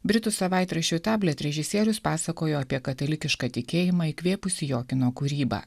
britų savaitraščiui tablet režisierius pasakojo apie katalikišką tikėjimą įkvėpusį jo kino kūrybą